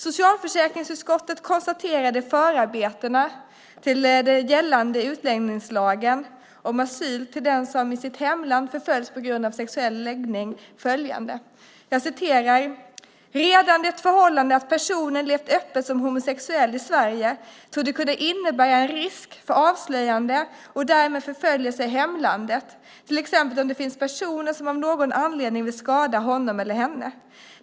Socialförsäkringsutskottet konstaterade i förarbetena till den gällande utlänningslagen om asyl till den som i sitt hemland förföljs på grund av sexuell läggning följande: "Redan det förhållandet att personen levt öppet som homosexuell i Sverige torde kunna innebära en risk för avslöjande och därmed förföljelse i hemlandet, t.ex. om det finns personer som av någon anledning vill skada honom eller henne.